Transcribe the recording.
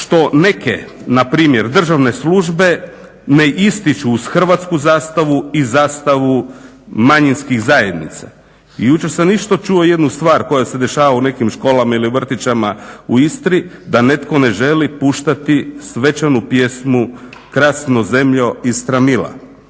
što neke npr. državne službe ne ističu uz hrvatsku zastavu i zastavu manjinskih zajednica i jučer sam isto čuo jednu stvar koja se dešava u nekim školama ili u vrtićima u Istri da netko ne želi puštati svečanu pjesmu, krasno zemlja Istro mila,